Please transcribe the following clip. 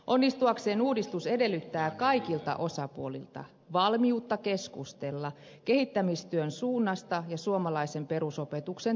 onnistuakseen uudistus edellyttää kaikilta osapuolilta valmiutta keskustella kehittämistyön suunnasta ja suomalaisen perusopetuksen tulevaisuudesta